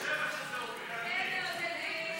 חוק הספנות (ימאים)